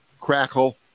crackle